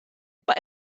but